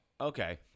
Okay